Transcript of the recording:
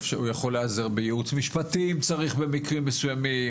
הוא יכול להיעזר בייעוץ משפטי אם צריך במקרים מסוימים,